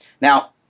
Now